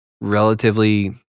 relatively